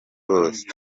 bose